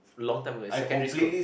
long time ago secondary school